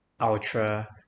ultra